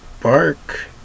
Bark